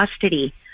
custody